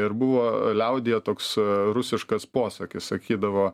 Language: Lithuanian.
ir buvo liaudyje toks rusiškas posakis sakydavo